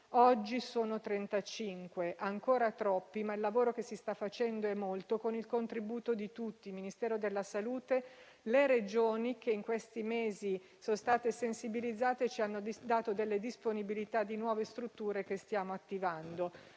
oggi sono 35. Ancora troppi, ma il lavoro che si sta facendo è molto, con il contributo di tutti, Ministero della salute e Regioni, che in questi mesi sono state sensibilizzate e ci hanno dato la disponibilità di nuove strutture che stiamo attivando.